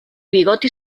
bigoti